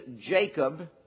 Jacob